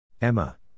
Emma